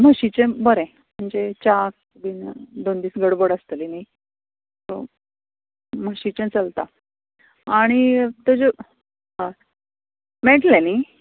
म्हशींचे बरें म्हणजे च्या बीन दोन दीस गडबड आसतली न्ही सो म्हशींचे चलता आनी तशें मेळटलें न्ही